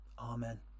Amen